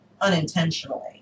unintentionally